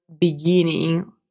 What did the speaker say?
beginning